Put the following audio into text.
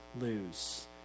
lose